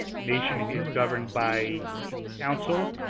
the nation is governed by council,